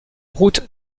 route